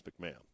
McMahon